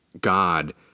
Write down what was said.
God